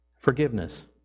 Forgiveness